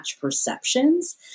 perceptions